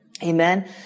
amen